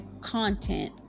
content